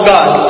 God